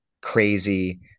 crazy